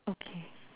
okay